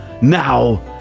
Now